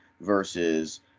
versus